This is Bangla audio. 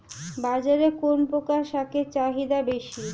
বাজারে কোন প্রকার শাকের চাহিদা বেশী?